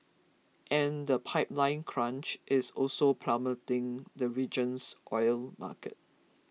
and the pipeline crunch is also pummelling the region's oil market